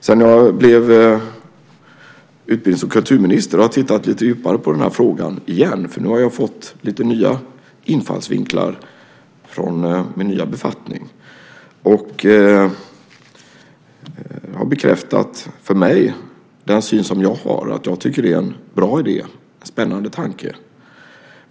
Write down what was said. Sedan jag blev utbildnings och kulturminister har jag tittat lite djupare på den här frågan igen, för nu har jag fått lite nya infallsvinklar från min nya befattning. Det har bekräftat för mig den syn som jag har. Jag tycker att det är en bra idé och en spännande tanke.